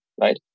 right